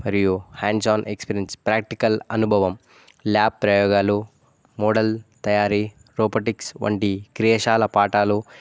మరియు hands on experience practical అనుభవం lab ప్రయోగాలు మోడల్ తయారీ రోబోటిక్స్ వంటి క్రియశాల పాఠాలు